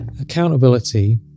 Accountability